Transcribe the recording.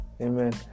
amen